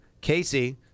Casey